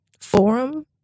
forum